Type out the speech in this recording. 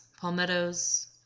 palmettos